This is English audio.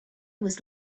was